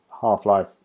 half-life